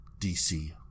DC